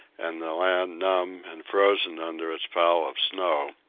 and the land numb and frozen under its pall of snow,